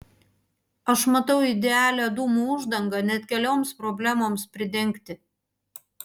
aš matau idealią dūmų uždangą net kelioms problemoms pridengti